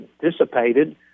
dissipated